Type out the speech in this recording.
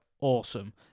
awesome